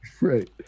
Right